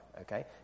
okay